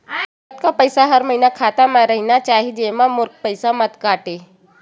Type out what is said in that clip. कतका पईसा हर महीना खाता मा रहिना चाही जेमा मोर पईसा मत काटे?